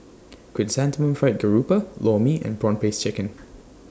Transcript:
Chrysanthemum Fried Garoupa Lor Mee and Prawn Paste Chicken